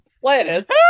planet